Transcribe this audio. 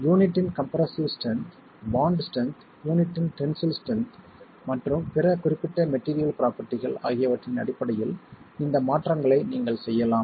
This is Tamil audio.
யூனிட்டின் கம்ப்ரெஸ்ஸிவ் ஸ்ட்ரென்த் பாண்ட் ஸ்ட்ரென்த் யூனிட்டின் டென்சில் ஸ்ட்ரென்த் மற்றும் பிற குறிப்பிட்ட மெட்டிரியல் ப்ரோபெர்டிகள் ஆகியவற்றின் அடிப்படையில் இந்த மாற்றங்களை நீங்கள் செய்யலாம்